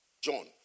John